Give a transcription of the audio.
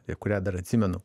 ir kurią dar atsimenu